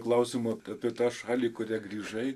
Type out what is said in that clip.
klausimo apie tą šalį į kurią grįžai